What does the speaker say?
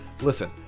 Listen